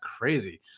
crazy